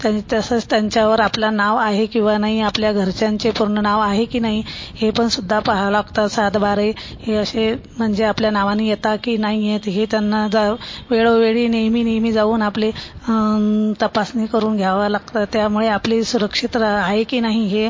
आणि तसंच त्यांच्यावर आपलं नाव आहे किंवा नाही आपल्या घरच्यांचे पूर्ण नाव आहे की नाही हे पण सुद्धा पाहावं लागतं सात बारे हे असे म्हणजे आपल्या नावाने येता की नाही येत हे त्यांना जाव वेळोवेळी नेहमी नेहमी जाऊन आपले तपासणी करून घ्यावा लागतं त्यामुळे आपली सुरक्षितता आहे की नाही हे